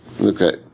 Okay